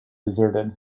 deserted